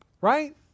right